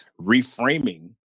reframing